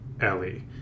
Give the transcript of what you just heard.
Ellie